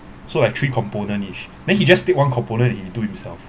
so like three component each then he just take one component and he do himself